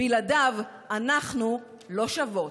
בלעדיו אנחנו לא שוות.